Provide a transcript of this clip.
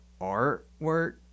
artwork